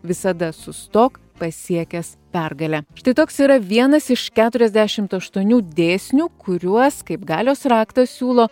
visada sustok pasiekęs pergalę štai toks yra vienas iš keturiasdešimt aštuonių dėsnių kuriuos kaip galios raktą siūlo